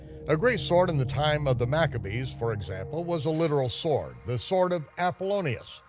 a great sword in the time of the maccabees, for example, was a literal sword, the sword of apollonius,